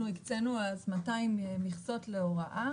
אנחנו הקצינו אז 200 מכסות להוראה,